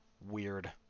weird